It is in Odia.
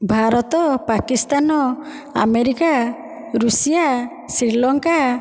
Bharat Pakistan America Russia Sri Lanka